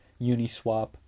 Uniswap